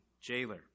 jailer